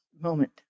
moment